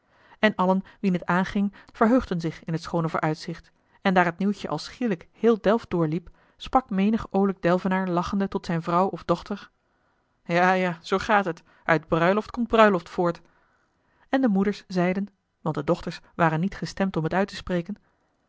in allen wien t aanging verheugden zich in het schoone vooruitzicht en daar het nieuwtje als schielijk heel delft doorliep sprak menig olijk delvenaar lachende tot zijne vrouw of dochter ja ja zoo gaat het uit bruiloft komt bruiloft voort en de moeders zeiden want de dochters waren niet gestemd om het uit te spreken